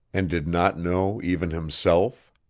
and did not know even himself.